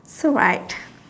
so like